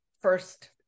first